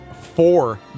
four